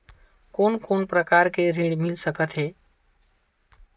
कोन कोन प्रकार के ऋण मिल सकथे?